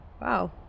Wow